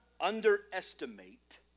underestimate